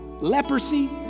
leprosy